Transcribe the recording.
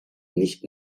nicht